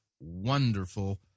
wonderful